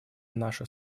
наша